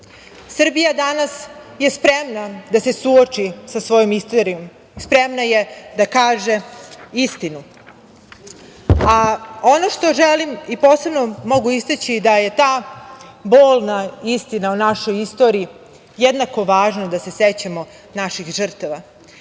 Srbija je danas spremna da se suoči sa svojom istorijom. Spremna je da kaže istinu. Ono što želim da istaknem, da je ta bolna istina o našoj istoriji jednako važna da se sećamo naših žrtava